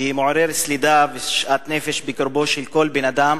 שמעורר סלידה ושאט נפש בקרבו של כל בן-אדם